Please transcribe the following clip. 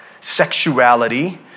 sexuality